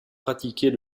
pratiquer